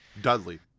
Dudley